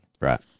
Right